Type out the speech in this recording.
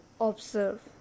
observe